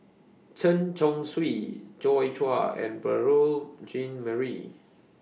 Chen Chong Swee Joi Chua and Beurel Jean Marie